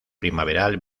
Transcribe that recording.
primaveral